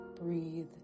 Breathe